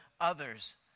others